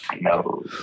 no